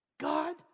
God